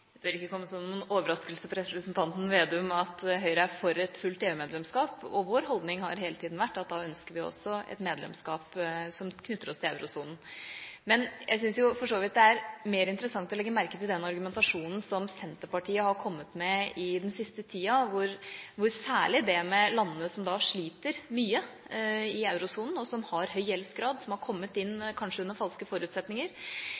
Det bør ikke komme som noen overraskelse for representanten Slagsvold Vedum at Høyre er for et fullt EU-medlemskap. Vår holdning har hele tiden vært at da ønsker vi også et medlemskap som knytter oss til eurosonen. Jeg synes for så vidt det er mer interessant å legge merke til den argumentasjonen som Senterpartiet har kommet med den siste tida, særlig om de landene i eurosonen som sliter mye, som har høy gjeldsgrad, og som kanskje har kommet